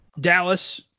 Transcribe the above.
Dallas